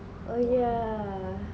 oh yeah